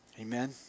Amen